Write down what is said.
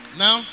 now